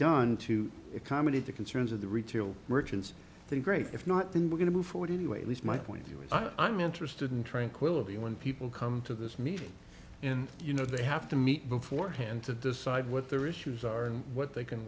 done to accommodate the concerns of the retail merchants the great if not then we're going to move forward anyway at least my point i mean interested in trying quality when people come to this meeting in you know they have to meet beforehand to decide what their issues are and what they can